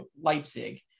Leipzig